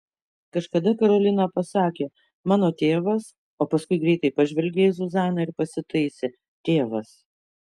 kažkada karolina pasakė mano tėvas o paskui greitai pažvelgė į zuzaną ir pasitaisė tėvas